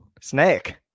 Snake